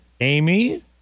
Amy